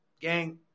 gang